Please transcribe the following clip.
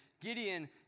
Gideon